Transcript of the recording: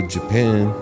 Japan